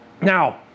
now